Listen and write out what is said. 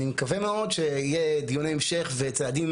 אני מקווה מאוד שיהיו דיוני המשך וצעדים